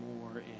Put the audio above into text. more